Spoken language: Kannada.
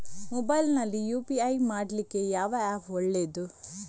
ಮೊಬೈಲ್ ನಲ್ಲಿ ಯು.ಪಿ.ಐ ಮಾಡ್ಲಿಕ್ಕೆ ಯಾವ ಆ್ಯಪ್ ಒಳ್ಳೇದು?